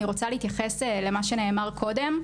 אני רוצה להתייחס למה שנאמר קודם.